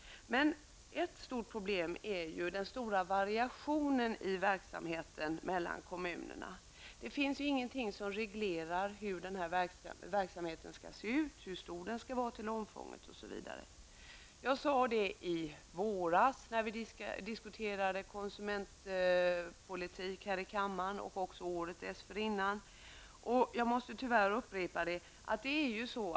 Det är vi överens om. Ett stort problem är emellertid den stora variationen i verksamheten mellan kommunerna. Det finns inget som reglerar hur verksamheten skall se ut, hur stor omfattning den skall ha osv. Jag måste tyvärr upprepa vad jag sade i våras när vi diskuterade konsumentpolitiken här i kammaren och vad jag också sade året dessförinnan.